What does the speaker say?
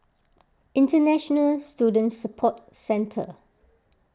International Student Support Centre